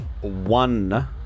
one